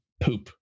poop